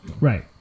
Right